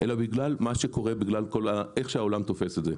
אלא בגלל מה שקורה, בגלל איך שהעולם תופס את זה.